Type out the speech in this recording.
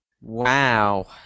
Wow